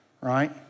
right